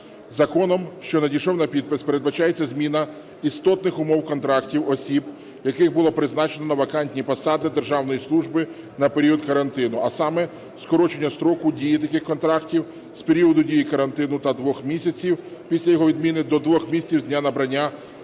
Законом, що надійшов на підпис, передбачається зміна істотних умов контрактів осіб, яких було призначено на вакантні посади державної служби на період карантину, а саме: скорочення строку дії таких контрактів з періоду дії карантину та двох місяців після його відміни до двох місяців з дня набрання